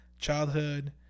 childhood